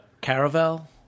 caravel